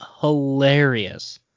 hilarious